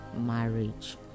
marriage